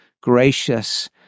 gracious